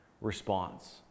response